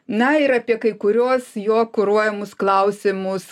na ir apie kai kuriuos jo kuruojamus klausimus